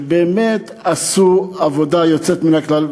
שבאמת עשו עבודה יוצאת מן הכלל.